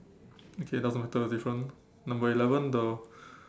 okay doesn't matter different number eleven the